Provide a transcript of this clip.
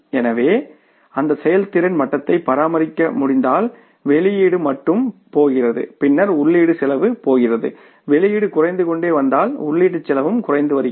எனவே அந்த செயல்திறன் மட்டத்தை பராமரிக்க முடிந்தால் வெளியீடு மட்டுமே போகிறது பின்னர் உள்ளீட்டு செலவு போகிறது வெளியீடு குறைந்து கொண்டே வந்தால் உள்ளீட்டு செலவும் குறைந்து வருகிறது